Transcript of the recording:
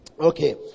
okay